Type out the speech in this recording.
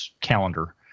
calendar